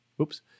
oops